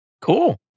Cool